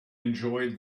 enjoyed